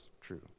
true